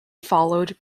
followed